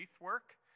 work